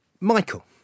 Michael